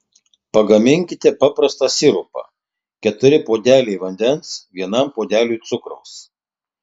pagaminkite paprastą sirupą keturi puodeliai vandens vienam puodeliui cukraus